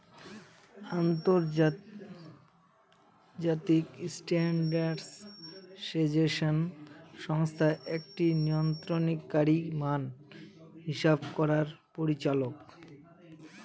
আন্তর্জাতিক স্ট্যান্ডার্ডাইজেশন সংস্থা একটি নিয়ন্ত্রণকারী মান হিসাব করার পরিচালক